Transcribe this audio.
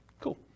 cool